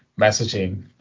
messaging